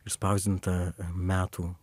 išspausdinta metų